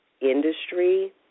industry